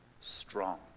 strong